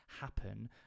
happen